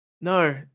No